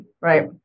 right